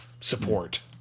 support